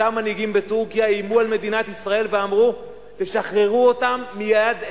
אותם מנהיגים בטורקיה איימו על מדינת ישראל ואמרו: תשחררו אותם מייד,